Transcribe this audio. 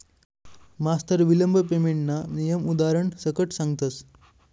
मास्तर विलंब पेमेंटना नियम उदारण सकट सांगतस